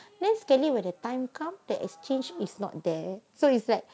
then suddenly when the time come the exchange is not there so it's like